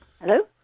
Hello